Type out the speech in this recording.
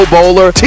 Bowler